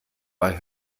bei